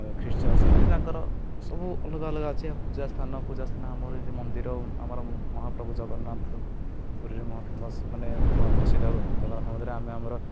ଖ୍ରୀଷ୍ଟ ଅଛନ୍ତି ତାଙ୍କର ସବୁ ଅଲଗା ଅଲଗା ଅଛି ଏହା ପୂଜା ସ୍ଥାନ ପୂଜାସ୍ଥାନ ଆମର ଯେମିତି ମନ୍ଦିର ଆମର ମହାପ୍ରଭୁ ଜଗନ୍ନାଥ ପୁରୀରେ ମହା ଫେମସ୍ ମାନେ ପ୍ରସିଦ୍ଧ ଜଗନ୍ନାଥ ମନ୍ଦିରରେ ଆମେ ଆମର